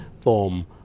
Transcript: form